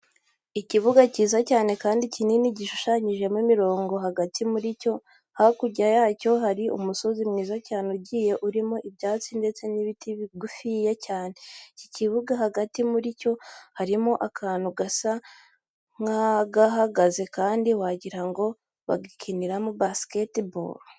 Ikibuga cyiza cyane kandi kinini gishushanyijemo imirongo hagati muri cyo, hakurya yacyo hari umusozi mwiza cyane ugiye urimo ibyatsi ndetse n'ibiti bigufiya cyane. Iki kibuga hagati muri cyo harimo akantu gasa nk'agahagaze kandi wagira ngo bagikiniramo basketball.